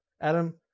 Adam